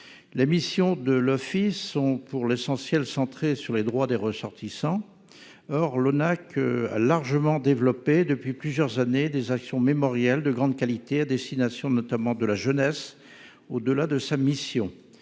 La mission de l'Office sont pour l'essentiel, centré sur les droits des ressortissants. Or l'ONAC. Largement développé depuis plusieurs années des actions mémorielles de grande qualité à destination notamment de la jeunesse. Au-delà de sa mission.